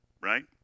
right